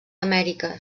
amèrica